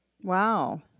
Wow